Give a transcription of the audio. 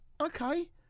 okay